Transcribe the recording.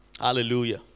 Hallelujah